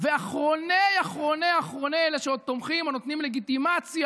ואחרוני אחרוני אחרוני אלה שעוד תומכים או נותנים לגיטימציה